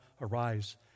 arise